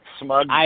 smug